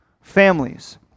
families